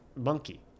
monkey